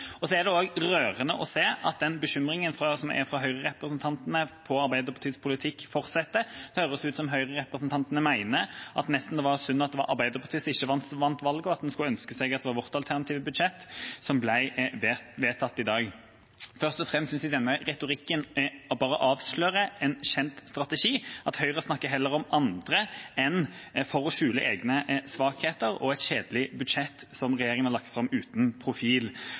Det er også rørende å se at den bekymringen fra høyrerepresentantene over Arbeiderpartiets politikk fortsetter. Det høres ut som om høyrerepresentantene nesten mener det var synd at ikke Arbeiderpartiet vant valget, og at en skulle ønske seg at det var vårt alternative budsjett som ble vedtatt i dag. Først og fremst synes jeg at denne retorikken avslører en kjent strategi, at Høyre heller snakker om andre for å skjule svakheter og et kjedelig budsjett uten profil som regjeringa legger fram. Så merker jeg meg at statsrådene ikke har